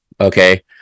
okay